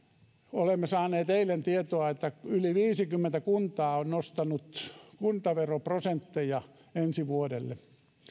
olemme saaneet eilen tietoa että yli viisikymmentä kuntaa on nostanut kuntaveroprosentteja ensi vuodelle